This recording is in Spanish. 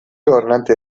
gobernante